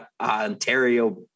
Ontario